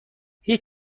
هیچ